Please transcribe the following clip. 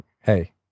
Hey